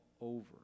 over